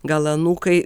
gal anūkai